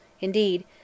Indeed